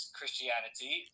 christianity